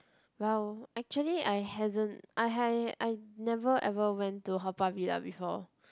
!wow! actually I hasn't I have I never ever went to Haw-Par-Villa before